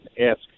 ask